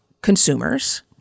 consumers